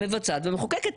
המבצעת והמחוקקת.